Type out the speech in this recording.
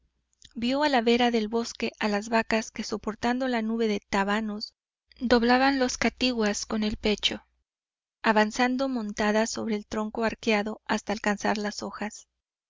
vió a la vera del bosque a las vacas que soportando la nube de tábanos doblaban los catiguás con el pecho avanzando montadas sobre el tronco arqueado hasta alcanzar las hojas